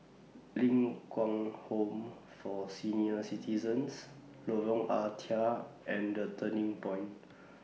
Ling Kwang Home For Senior Citizens Lorong Ah Thia and The Turning Point